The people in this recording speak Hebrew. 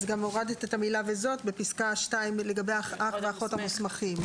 גם הורדת את המילה "וזאת" בפסקה (2) לגבי האח והאחות המוסמכים?